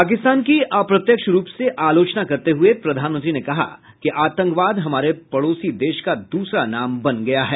पाकिस्तान की अप्रत्यक्ष रूप से आलोचना करते हुए प्रधानमंत्री ने कहा कि आतंकवाद हमारे पड़ोसी देश का दूसरा नाम बन गया है